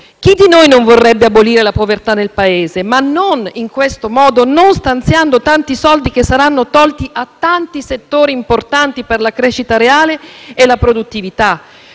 Chi di noi non vorrebbe abolire la povertà nel Paese? Ma non in questo modo, non stanziando tanti soldi che saranno tolti a tanti settori importanti per la crescita reale e la produttività.